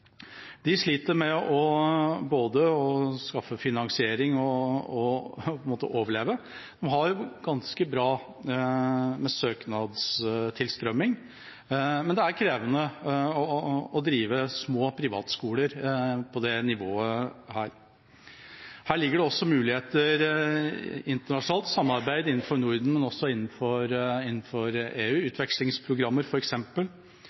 De sliter både med å skaffe finansiering og på en måte med å overleve. De har ganske bra med søknadstilstrømming, men det er krevende å drive små privatskoler på dette nivået. Det ligger også muligheter i internasjonalt samarbeid innenfor Norden og innenfor EU